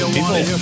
People